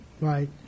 right